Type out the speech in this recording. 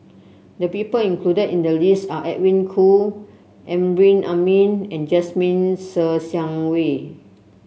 the people included in the list are Edwin Koo Amrin Amin and Jasmine Ser Xiang Wei